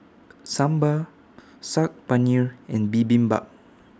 Sambar Saag Paneer and Bibimbap